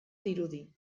dirudi